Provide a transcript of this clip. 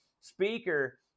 speaker